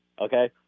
okay